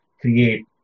create